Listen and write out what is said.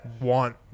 want